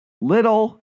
little